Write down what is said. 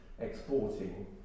exporting